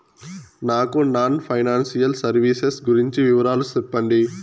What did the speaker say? నాకు non financial services గురించి వివరాలు సెప్పండి?